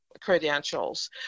credentials